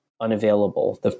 unavailable